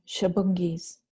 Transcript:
shabungis